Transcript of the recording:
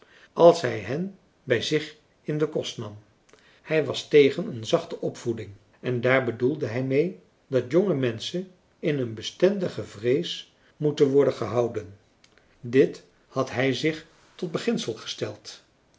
als hij hen bij zich in den kost nam hij was tegen een zachte opvoeding en daar bedoelde hij mee dat jonge menschen in een bestendige vrees moeten worden gehouden dit had hij zich tot beginsel gesteld